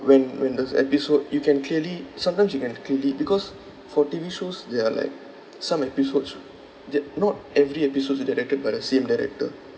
when when those episode you can clearly sometimes you can clearly because for T_V shows there are like some episodes they're not every episode is directed by the same director